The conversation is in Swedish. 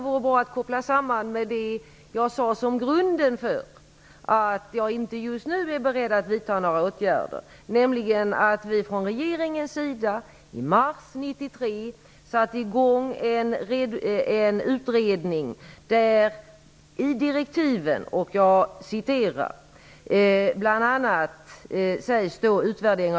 Jag sade att grunden för att jag inte just nu är beredd att vidta några åtgärder är att vi från regeringens sida i mars 1993 satte i gång en utredning. Det vore bra om man kopplade samman dessa två uttalanden.